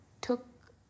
took